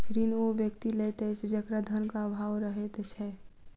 ऋण ओ व्यक्ति लैत अछि जकरा धनक आभाव रहैत छै